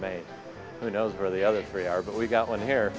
made who knows where the other three are but we've got one here